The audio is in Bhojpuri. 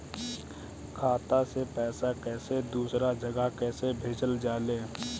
खाता से पैसा कैसे दूसरा जगह कैसे भेजल जा ले?